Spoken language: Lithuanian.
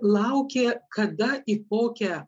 laukė kada į kokią